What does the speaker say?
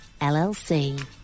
LLC